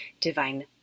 divine